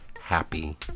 happy